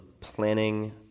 planning